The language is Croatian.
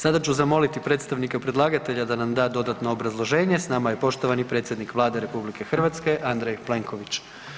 Sada ću zamoliti predstavnika predlagatelja da na da dodatno obrazloženje, s nama je poštovani predsjednik Vlade RH Andrej Plenković.